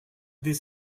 this